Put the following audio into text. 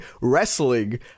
Wrestling